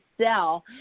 sell